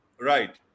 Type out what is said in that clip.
Right